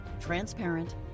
transparent